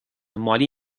مالی